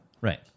Right